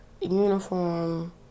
uniform